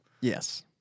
Yes